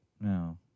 No